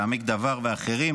"העמק דבר", ואחרים